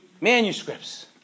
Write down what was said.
manuscripts